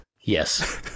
Yes